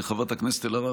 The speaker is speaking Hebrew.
חברת הכנסת אלהרר,